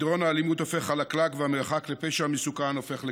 מדרון האלימות הופך חלקלק והמרחק לפשע מסוכן הופך לקצר.